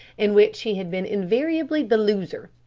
in which he had been invariably the loser.